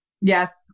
Yes